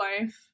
life